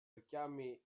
richiami